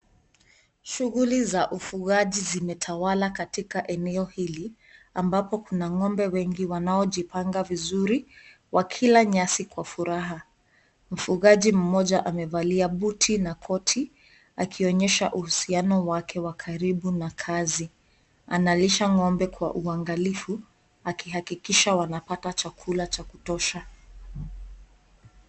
Shughuli za ufugai zimetawala katika eneo hili ambapo kuna ng'ombe wengi wanaojipanga vizuri wakila nyasi kwa furaha mfugaji mmoja amevalia buti na koti akionyesha uhusiano wake wa karibu na kazi, analisha ng'ombe kwa uangalifu akihakikisha wanapata chakuka cha kutosha.